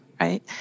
Right